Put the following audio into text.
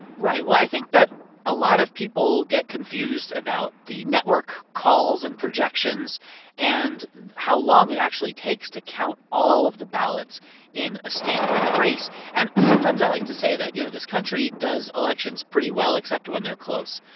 right. well, i think that a lot of people get confused about the network calls and projections and how long it actually takes to count all of the ballots in a state or in a race and sometimes i like to say that, you know, this country does elections pretty well, except when they're close.